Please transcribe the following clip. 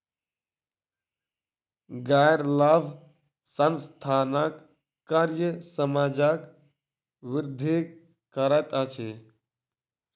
गैर लाभ संस्थानक कार्य समाजक वृद्धि करैत अछि